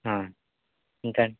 ఇంకా అండి